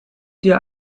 dir